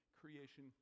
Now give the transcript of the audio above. creation